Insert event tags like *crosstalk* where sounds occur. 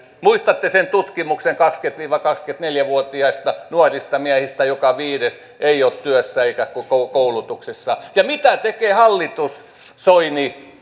muistatte tutkimuksen kaksikymmentä viiva kaksikymmentäneljä vuotiaista nuorista miehistä joka viides ei ole työssä eikä koulutuksessa ja mitä tekee hallitus ministeri soini *unintelligible*